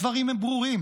הדברים הם ברורים,